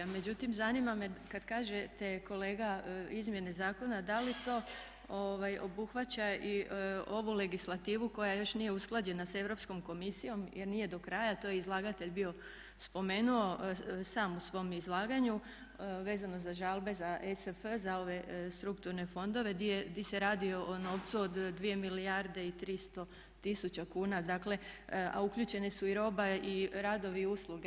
Međutim, zanima me kad kažete kolega izmjena zakona da li to obuhvaća i ovu legislativu koja još nije usklađena sa Europskom komisijom jer nije do kraja, to je izlagatelj bio spomenuo sam u svom izlaganju vezano za žalbe, za ESF, za ove strukturne fondove di se radi o novcu od 2 milijarde i 300 tisuća kuna, a uključene su i roba i radovi i usluge.